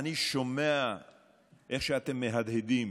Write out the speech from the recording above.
אני שומע איך שאתם מהדהדים